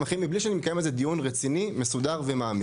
אחרים מבלי שאני מקיים על זה דיון מסודר ומעמיק,